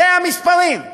אלה המספרים.